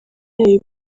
yayo